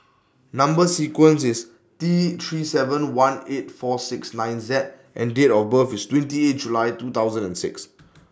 Number sequence IS T three seven one eight four six nine Z and Date of birth IS twenty eight July two thousand and six